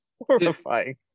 horrifying